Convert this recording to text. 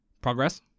Progress